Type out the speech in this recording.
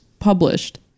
published